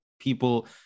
people